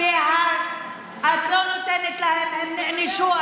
את לא נותנת להם, הם נענשו.